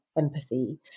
empathy